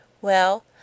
Well